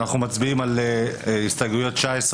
אנחנו מצביעים על הסתייגויות 22-19,